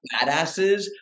badasses